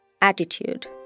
attitude